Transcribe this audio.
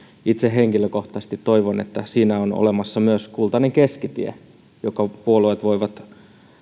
itse henkilökohtaisesti toivon että siinä on olemassa myös kultainen keskitie jonka puolueet voivat